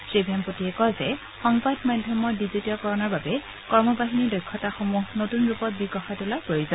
শ্ৰী ভেমপট্টীয়ে কয় যে সংবাদ মাধ্যমৰ ডিজিটীয়কৰণৰ বাবে কৰ্মবাহিনীৰ দক্ষতাসমূহ নতুন ৰূপত বিকশায় তোলা প্ৰয়োজন